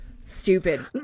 Stupid